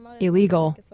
illegal